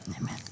Amen